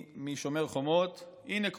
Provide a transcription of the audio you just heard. זה לא התחיל משומר חומות.